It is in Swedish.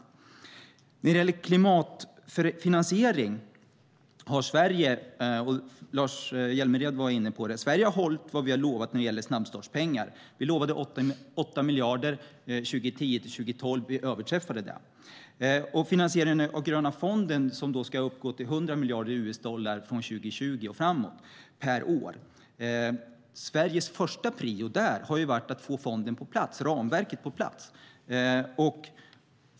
Sedan var det frågan om klimatfinansiering. Sverige har - Lars Hjälmered var inne på det - hållit vad vi har lovat när det gäller snabbstartspengar. Vi lovade 8 miljarder 2010-2012, och vi överträffade det. Finansieringen av den gröna fonden ska uppgå till 100 miljarder US-dollar från 2020 och framåt per år. Sveriges första prio har varit att få ramverket på plats.